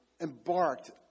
embarked